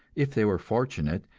if they were fortunate,